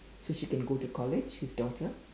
so she can go to college his daughter